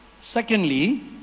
Secondly